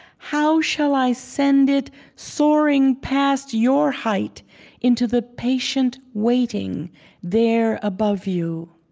how shall i send it soaring past your height into the patient waiting there above you?